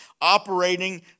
operating